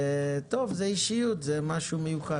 זאת אישיות, זה משהו מיוחד.